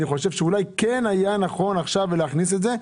כן היה נכון להכניס את זה עכשיו.